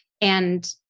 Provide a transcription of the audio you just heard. And-